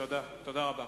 תודה רבה.